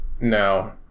No